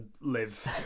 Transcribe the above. live